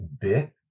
bit